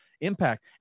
impact